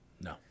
No